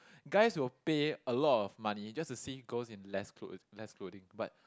guys will pay a lot of money just to see girls in less clothes less clothing but